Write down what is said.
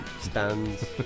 stands